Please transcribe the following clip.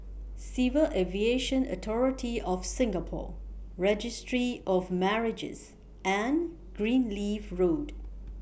Civil Aviation Authority of Singapore Registry of Marriages and Greenleaf Road